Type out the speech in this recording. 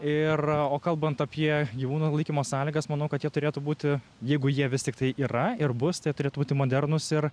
ir o kalbant apie gyvūnų laikymo sąlygas manau kad jie turėtų būti jeigu jie vis tiktai yra ir bus tai jie turėtų būti modernūs ir